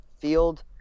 field